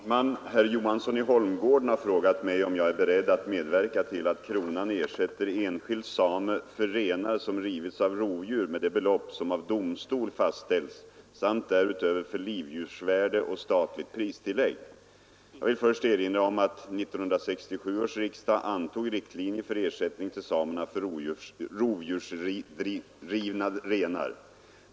Herr talman! Herr Johansson i Holmgården har frågat mig om jag är beredd att medverka till att kronan ersätter enskild same för renar som rivits av rovdjur med det belopp som av domstol fastställts samt därutöver för livdjursvärde och statligt pristillägg. Jag vill först erinra om att 1967 års riksdag antog riktlinjer för ersättning till samerna för rovdjursrivna renar.